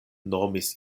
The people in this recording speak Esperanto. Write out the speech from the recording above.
nomis